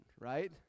right